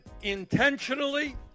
intentionally